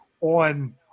on